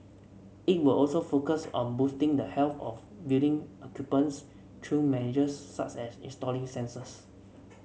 it will also focus on boosting the health of building occupants through measures such as installing sensors